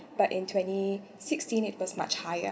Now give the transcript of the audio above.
but in twenty sixteen it was much higher